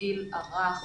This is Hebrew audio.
הגיל הרך,